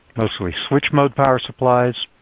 mostly switch mode power supplies,